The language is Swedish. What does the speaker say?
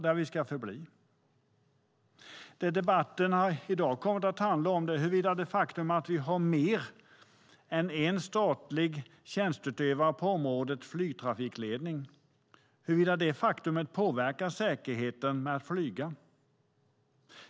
Det debatten i dag har kommit att handla om är huruvida det faktum att vi har mer än en statlig tjänsteutövare på området flygtrafikledning påverkar säkerheten med att flyga.